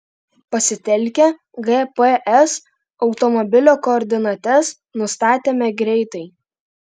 pasitelkę gps automobilio koordinates nustatėme greitai